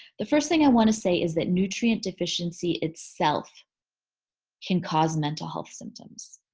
the first thing i wanna say is that nutrient deficiency itself can cause mental health symptoms.